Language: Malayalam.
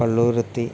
കള്ളൂരത്തി